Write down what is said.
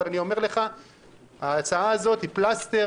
אבל אני אומר לך שההצעה הזאת היא פלסטר,